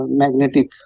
magnetic